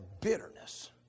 bitterness